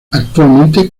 actualmente